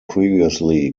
previously